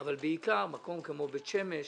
אבל בעיקר מקום כמו בית שמש,